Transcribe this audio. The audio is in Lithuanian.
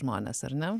žmones ar ne